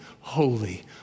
holy